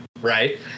Right